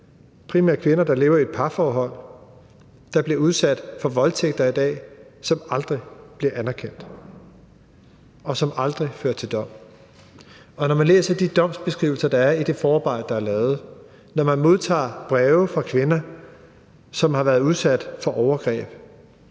primært kvinder, der lever i et parforhold, og som bliver udsat for voldtægter i dag, som aldrig bliver anerkendt, og som aldrig fører til dom. Når man læser de domsbeskrivelser, der er i det forarbejde, der er lavet; når man modtager breve fra kvinder, som har været udsat for overgreb,